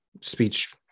speech